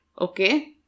Okay